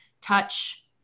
touch